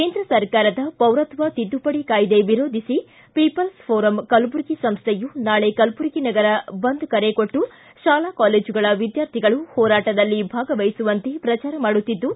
ಕೇಂದ್ರ ಸರ್ಕಾರದ ಪೌರತ್ವ ತಿದ್ದುಪಡಿ ಕಾಯ್ದೆ ವಿರೋಧಿಸಿ ಪೀಪಲ್ಸ್ ಫೋರಂ ಕಲಬುರಗಿ ಸಂಸ್ಥೆಯು ನಾಳೆ ಕಲಬುರಗಿ ನಗರ ಬಂದ್ ಕರೆ ಕೊಟ್ಟು ಶಾಲಾ ಕಾಲೇಜುಗಳ ವಿದ್ಯಾರ್ಥಿಗಳು ಹೋರಾಟದಲ್ಲಿ ಭಾಗವಹಿಸುವಂತೆ ಪ್ರಚಾರ ಮಾಡುತ್ತಿದ್ದು